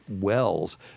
wells